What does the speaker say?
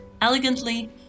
elegantly